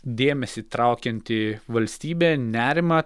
dėmesį traukianti valstybė nerimą